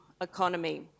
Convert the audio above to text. economy